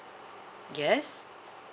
yes